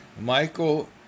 Michael